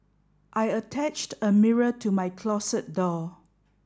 I attached a mirror to my closet door